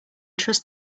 trust